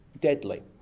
deadly